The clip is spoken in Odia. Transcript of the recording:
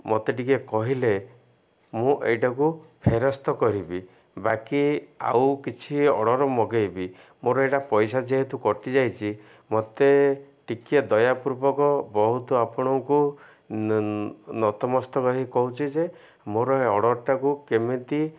ମତେ ଟିକେ କହିଲେ ମୁଁ ଏଇଟାକୁ ଫେରସ୍ତ କରିବି ବାକି ଆଉ କିଛି ଅର୍ଡ଼ର୍ ମଗେଇବି ମୋର ଏଇଟା ପଇସା ଯେହେତୁ କଟିଯାଇଛି ମତେ ଟିକେ ଦୟା ପୂର୍ବକ ବହୁତ ଆପଣଙ୍କୁ ନତମସ୍ତକ ହେଇ କହୁଛି ଯେ ମୋର ଏ ଅର୍ଡ଼ର୍ଟାକୁ କେମିତି